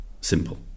Simple